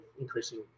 increasing